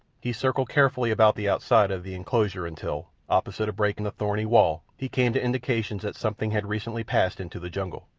he circled carefully about the outside of the enclosure until, opposite a break in the thorny wall, he came to indications that something had recently passed into the jungle.